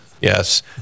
yes